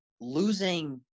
losing –